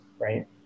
right